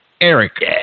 Eric